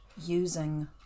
using